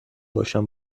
باشم